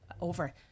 over